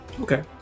Okay